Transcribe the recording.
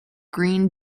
green